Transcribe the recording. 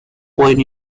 wine